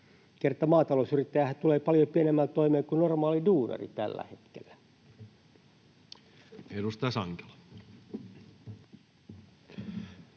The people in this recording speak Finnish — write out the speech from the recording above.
Maatalousyrittäjähän tulee toimeen paljon pienemmällä kuin normaali duunari tällä hetkellä. Edustaja Sankelo.